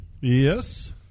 Yes